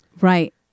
Right